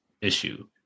issue